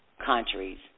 countries